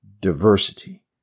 diversity